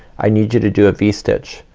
i need you to do a v-stitch.